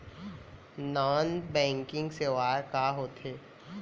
non banking सेवाएं का होथे